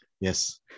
yes